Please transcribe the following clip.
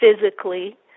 physically